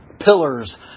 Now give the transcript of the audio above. pillars